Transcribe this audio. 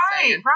Right